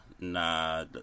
Nah